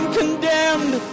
condemned